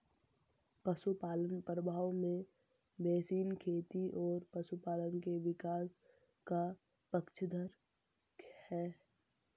पशुपालन प्रभाव में बेसिन खेती और पशुपालन के विकास का पक्षधर है